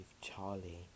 Charlie